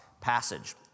passage